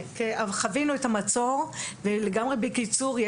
חווינו את המצור ולגמרי בקיצור,